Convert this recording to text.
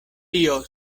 tio